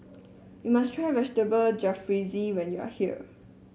you must try Vegetable Jalfrezi when you are here